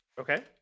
Okay